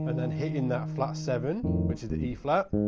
and then hitting that flat seven, which is the e flat.